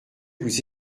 vous